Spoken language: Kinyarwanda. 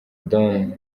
don